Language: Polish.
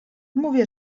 mówię